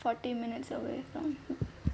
forty minutes away from home